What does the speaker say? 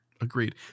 Agreed